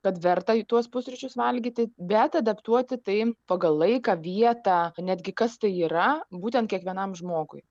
kad verta tuos pusryčius valgyti bet adaptuoti tai pagal laiką vietą netgi kas tai yra būtent kiekvienam žmogui